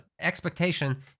expectation